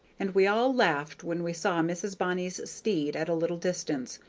and we all laughed when we saw mrs. bonny's steed at a little distance,